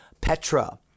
Petra